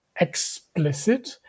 explicit